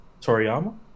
Toriyama